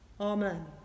Amen